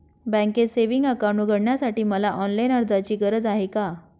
बँकेत savings account उघडण्यासाठी मला ऑनलाईन अर्जाची गरज आहे का?